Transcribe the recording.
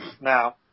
Now